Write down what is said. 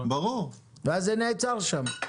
ואז זה נעצר בחיפה.